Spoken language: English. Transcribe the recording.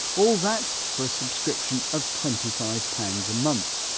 all that, for a subscription of twenty five pounds a month,